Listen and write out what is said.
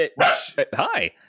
hi